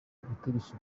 ubutegetsi